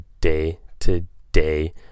day-to-day